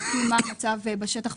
בודקים מה המצב בשטח?